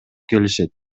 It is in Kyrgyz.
келишет